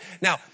Now